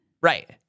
Right